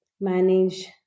manage